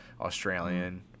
Australian